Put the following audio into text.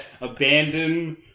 abandon